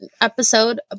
episode